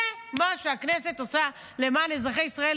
זה מה שהכנסת עושה למען אזרחי ישראל